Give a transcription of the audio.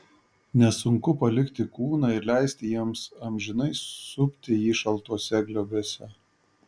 nesunku palikti kūną ir leisti jiems amžinai supti jį šaltuose glėbiuose